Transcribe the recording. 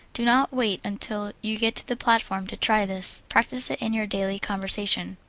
do not wait until you get to the platform to try this. practise it in your daily conversation.